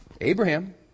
Abraham